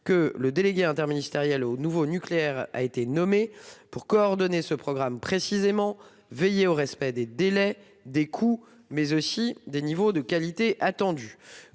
un délégué interministériel au nouveau nucléaire été nommé pour coordonner ce programme et veiller au respect des délais, des coûts et des niveaux de qualité attendus.